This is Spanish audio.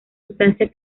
sustancia